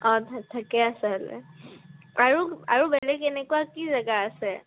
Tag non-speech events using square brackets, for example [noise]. অঁ [unintelligible] আৰু আৰু বেলেগ এনেকুৱা কি জেগা আছে